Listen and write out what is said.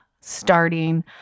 starting